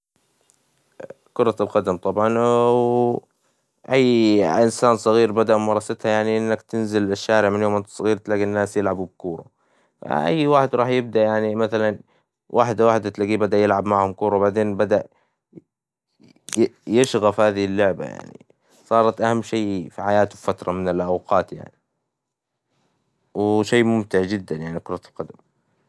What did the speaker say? كرة القدم طبعاً و أي إنسان صغير بدأ ممارستها يعني إنك تنزل الشارع من يوم إنت صغير تلاقي الناس يلعبوا بكورة أي واحد راح يبدأ يعني مثلاً واحدة واحدة تلاقيه بدأ يلعب معهم كورة وبعدين بدأ يشغف هذي اللعبة يعني صارت أهم شي في حياته لفترة من الأوقات يعني، وشي ممتع جدا يعني كرة القدم.